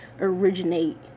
originate